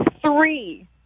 three